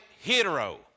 hero